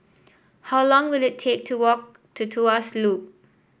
how long will it take to walk to Tuas Loop